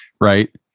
right